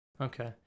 Okay